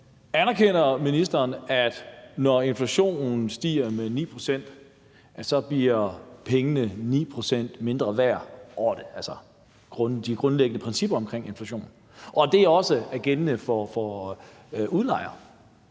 Anerkender ministeren, at når inflationen stiger med 9 pct., bliver pengene 9 pct. mindre værd, altså de grundlæggende principper omkring inflation, og at det også er gældende for udlejere,